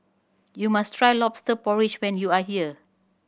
you must try Lobster Porridge when you are here